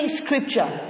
scripture